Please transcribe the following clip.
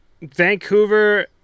Vancouver